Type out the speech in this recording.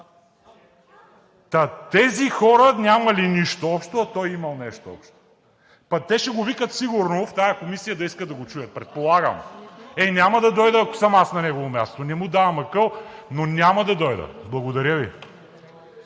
тези хора нямали нищо общо, а той имал нещо общо! Пък те ще го викат сигурно в тази комисия – да искат да го чуят, предполагам! Е, няма да дойда, ако съм аз на негово място! Не му давам акъл, но няма да дойда! Благодаря Ви.